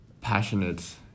passionate